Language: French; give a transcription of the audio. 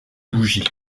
bougie